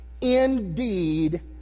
indeed